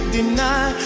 deny